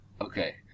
Okay